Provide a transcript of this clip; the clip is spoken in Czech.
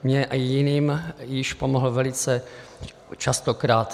Mně a jiným již pomohl velice častokrát.